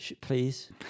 please